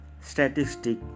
statistic